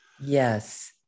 Yes